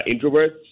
introverts